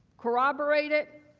corroborated,